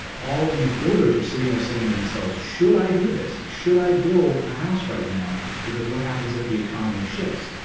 and all of these builders are sitting there, saying to and themselves, should i do this? should i build a house right now? because what happens if the economy shifts?